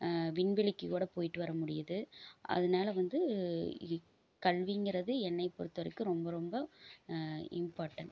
விண்வெளிக்கு கூட போயிவிட்டு வர முடியுது அதனால வந்து கல்விங்கறது என்னை பொறுத்த வரைக்கும் ரொம்ப ரொம்ப இம்பார்ட்டண்ட்